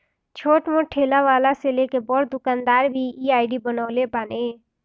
छोट मोट ठेला वाला से लेके बड़ दुकानदार भी इ आई.डी बनवले बाने